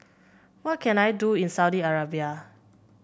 what can I do in Saudi Arabia